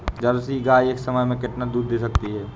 Jersey गाय एक समय में कितना दूध दे सकती है?